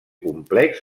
complex